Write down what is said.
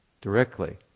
directly